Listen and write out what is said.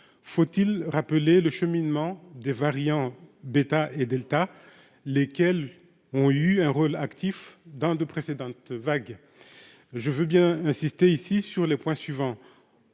faut-il rappeler le cheminement des variants d'état et Delta, lesquels ont eu un rôle actif dans de précédentes vagues, je veux bien insister ici sur les points suivants